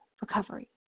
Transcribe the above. recovery